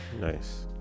nice